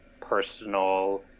personal